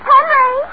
Henry